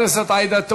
התשע"ו 2016,